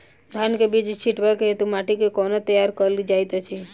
धान केँ बीज छिटबाक हेतु माटि केँ कोना तैयार कएल जाइत अछि?